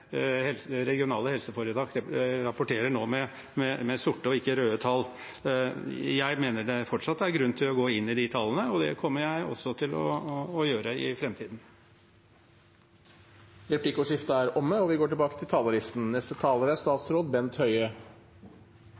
regionale helseforetak rapporterer nå om sorte og ikke røde tall. Jeg mener det fortsatt er grunn til å gå inn i de tallene, og det kommer jeg også til å gjøre i framtiden. Dermed er replikkordskiftet omme. Budsjettet som regjeringspartiene og